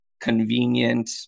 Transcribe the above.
convenient